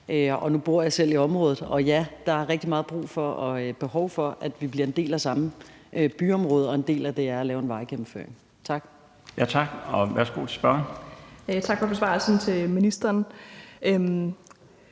Jeg bor selv i området, og ja, der er rigtig meget brug for og behov for, at vi bliver en del af samme byområde, og en del af det er at lave en vejgennemføring. Tak. Kl. 13:33 Den fg. formand (Bjarne Laustsen): Værsgo til spørgeren.